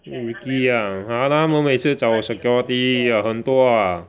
mm Ricky ah !hanna! 他们每次找 security ya 很多 ah